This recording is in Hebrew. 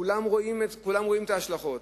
כולם רואים את ההשלכות,